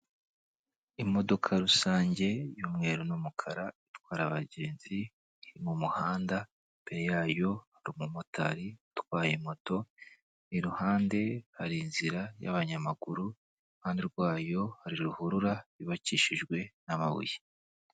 Imodoka rusange y'umweru n'umukara itwara abagenzi iri mu muhanda, imbere yayo hari umumotari utwaye moto, iruhande hari inzira y'abanyamaguru, iruhande rwayo hari ruhurura yubakishijwe n'amabuye.